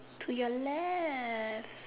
to your left